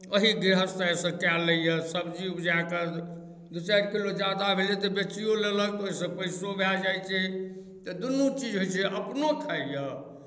एही देहसँ कए लैए सब्जी उपजाए कऽ दू चारि किलो ज्यादा भेल तऽ बेचिओ लेलक तऽ ओहिसँ पैसो भए जाइ छै तऽ दुन्नू चीज होइ छै जे अपनो खाइए